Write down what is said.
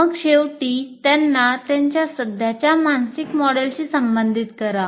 मग शेवटी त्यांना त्यांच्या सध्याच्या मानसिक मॉडेलशी संबंधित करा